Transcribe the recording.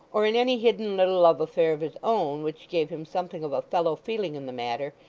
or in any hidden little love affair of his own which gave him something of a fellow-feeling in the matter,